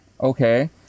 Okay